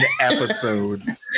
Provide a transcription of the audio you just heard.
episodes